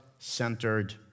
Centered